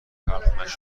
آرامشبخش